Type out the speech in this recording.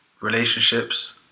relationships